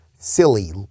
silly